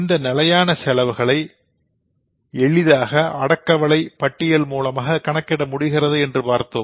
இந்த நிலையான செலவுகளை எளிதாக அடக்கவிலை பட்டியல் மூலமாக கணக்கிட முடிகிறது என்று பார்த்தோம்